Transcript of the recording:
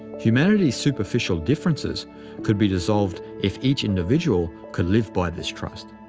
humanity's superficial differences could be dissolved if each individual could live by this trust.